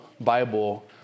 Bible